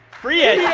free it. yeah